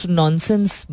nonsense